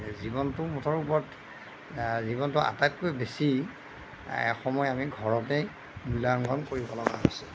জীৱনটো মুঠৰ ওপৰত জীৱনটো আটাইতকৈ বেছি সময় আমি ঘৰতেই মূল্যাংকন কৰিব লগা হৈছে